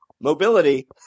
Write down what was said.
mobility